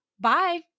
Bye